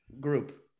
group